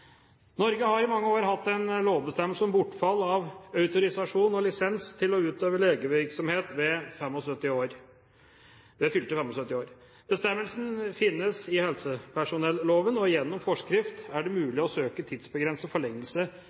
Norge har i mange år hatt en lovbestemmelse om bortfall av autorisasjon og lisens til å utøve legevirksomhet ved fylte 75 år. Bestemmelsen finnes i helsepersonelloven, og gjennom forskrift er det mulig å søke tidsbegrenset forlengelse